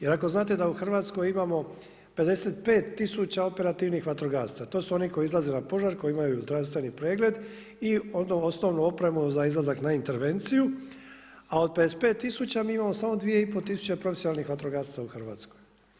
Jer ako znate da u Hrvatskoj imamo 55 tisuća operativnih vatrogasaca, to su oni koji izlaze na požar, koji imaju zdravstveni pregled i onu osnovnu oprema za izlazak na intervenciju, a od 55 tisuća mi imamo samo 2.500 profesionalnih vatrogasaca u Hrvatskoj.